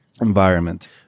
environment